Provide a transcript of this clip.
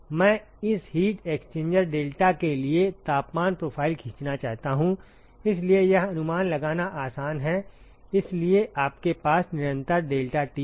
मैं इस heat exchanger delta के लिए तापमान प्रोफ़ाइल खींचना चाहता हूं इसलिए यह अनुमान लगाना आसान है इसलिए आपके पास निरंतर डेल्टा T होगा